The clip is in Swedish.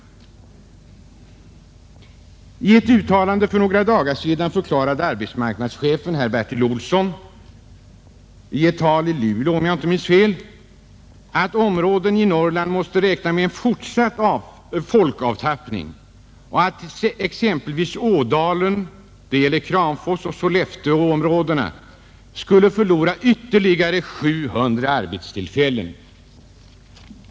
I ett uttalande för några dagar sedan förklarade AMS-chefen herr Bertil Olsson — i ett tal i Luleå, om jag inte minns fel — att vissa områden i Norrland måste räkna med en fortsatt folkavtappning och att exempelvis Ådalen, det gäller Kramforsoch Sollefteåområdena, skulle förlora ytterligar 700 arbetstillfällen.